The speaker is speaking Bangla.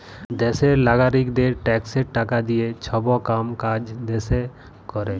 দ্যাশের লাগারিকদের ট্যাক্সের টাকা দিঁয়ে ছব কাম কাজ দ্যাশে ক্যরে